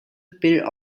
bill